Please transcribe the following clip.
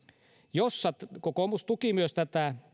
jossa kokoomus tuki myös tätä